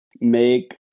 make